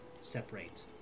separate